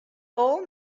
old